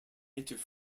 native